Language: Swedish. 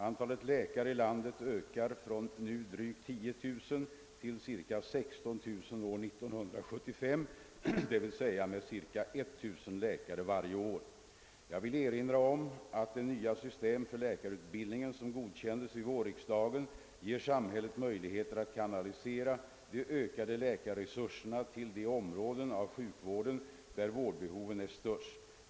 Antalet läkare i landet ökar från nu drygt 10 000 till ca 16 000 år 1975, dvs. med ca 1 000 läkare varje år. Jag vill erinra om att det nya system för läkarutbildningen som godkändes vid vårriksdagen ger samhället möjligheter att kanalisera de ökande läkarresurserna till de områden av sjukvården där vårdbehovet är störst.